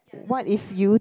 what if you